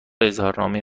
اظهارنامه